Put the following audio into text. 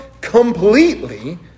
Completely